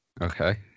Okay